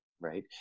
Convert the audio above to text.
right